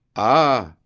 ah,